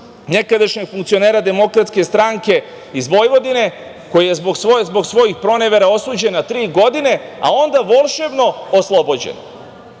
nekadašnjeg funkcionera DS iz Vojvodine, koji je zbog svojih pronevera osuđen na tri godine, a onda volšebno oslobođen.